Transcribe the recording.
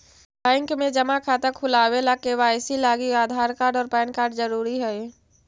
bank में जमा खाता खुलावे ला के.वाइ.सी लागी आधार कार्ड और पैन कार्ड ज़रूरी हई